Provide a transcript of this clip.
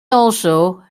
also